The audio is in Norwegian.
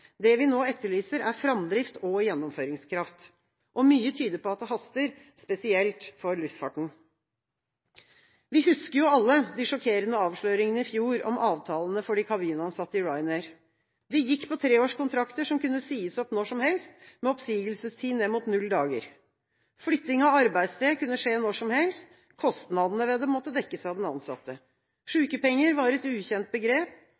Det vi nå etterlyser, er framdrift og gjennomføringskraft. Mye tyder på at det haster, spesielt for luftfarten. Vi husker alle de sjokkerende avsløringene i fjor om avtalene for de kabinansatte i Ryanair. De gikk på treårskontrakter som kunne sies opp når som helst, med oppsigelsestid ned mot null dager. Flytting av arbeidssted kunne skje når som helst. Kostnadene ved det måtte dekkes av den ansatte. Sykepenger var et ukjent begrep.